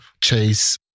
chase